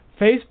Facebook